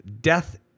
Death